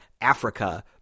Africa